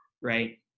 right